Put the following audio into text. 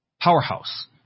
powerhouse